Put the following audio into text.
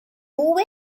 move